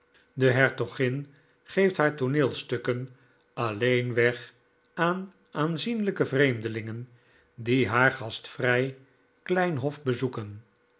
de hertogin geeft haar tooneelstukken alleen weg aan aanzienlijke vreemdelingen die haar gastvrij klein hof bezoeken